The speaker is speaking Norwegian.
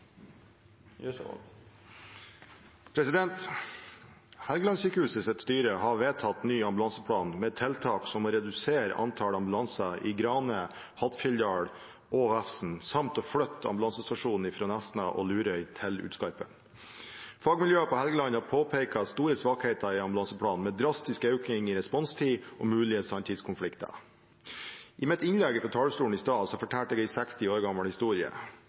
styre har vedtatt en ny ambulanseplan med tiltak som å redusere antallet ambulanser i Grane, Hattfjelldal og Vefsn samt å flytte ambulansestasjonen fra Nesna og Lurøy til Utskarpen. Fagmiljøene på Helgeland har påpekt store svakheter i ambulanseplanen, med drastisk økning i responstid og mulige sanntidskonflikter. I mitt innlegg fra talerstolen i stad fortalte jeg en 60 år gammel historie.